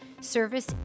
service